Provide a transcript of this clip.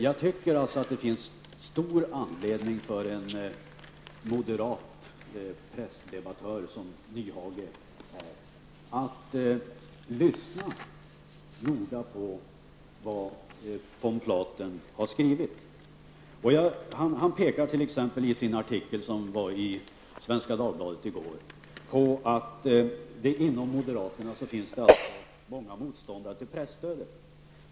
Jag tycker att det finns stor anledning för en moderat pressdebattör som Hans Nyhage att noga lyssna på vad von Platen har skrivit. Han pekar t.ex. i sin artikel i Svenska Dagbladet i går på att det bland moderaterna finns många motståndare till presstödet.